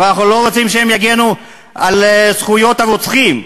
אבל אנחנו לא רוצים שהם יגנו על זכויות הרוצחים,